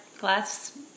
glass